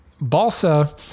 balsa